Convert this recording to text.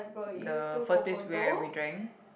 the first place where we drank